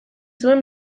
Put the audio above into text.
zuen